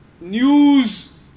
News